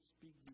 speak